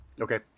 Okay